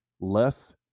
less